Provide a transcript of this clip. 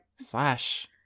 Slash